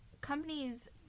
Companies